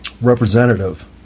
representative